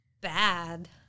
bad